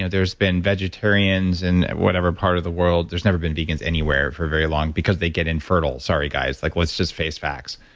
and there's been vegetarians and whatever part of the world. there's never been vegans anywhere for very long because they get infertile. sorry, guys. like let's just face facts.